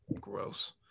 gross